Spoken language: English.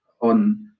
on